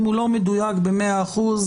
אם הוא לא מדויק במאה אחוז,